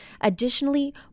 Additionally